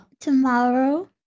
Tomorrow